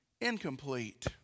Incomplete